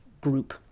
group